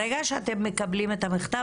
ברגע שאתם מקבלים את המכתב,